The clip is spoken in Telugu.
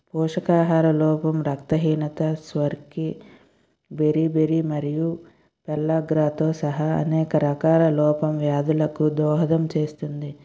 పోషకాహార లోపం రక్తహీనత స్కర్వీ బెరి బెరి మరియు పెల్లాగ్రాతో సహా అనేక రకాల లోపం వ్యాధులకు దోహదం చేస్తుంది